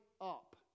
up